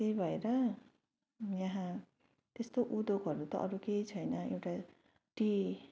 त्यही भएर यहाँ त्यस्तो उद्योगहरू त अरू केही छैन एउटा टी